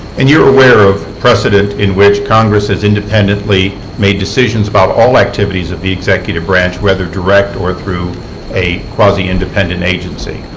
and you are aware of precedent in which congress has independently made decisions about all activities of the executive branch, whether direct or through a quasi-independent agency.